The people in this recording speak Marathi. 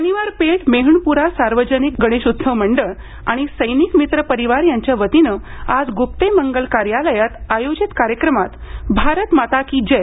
शनिवार पेठ मेहणपुरा सार्वजनिक गणेशोत्सव मंडळ आणि सैनिक मित्र परिवार यांच्या वतीनं आज ग्प्पे मंगल कार्यालयात आयोजित कार्यक्रमात भारत माता की जय